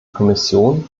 kommission